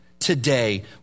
today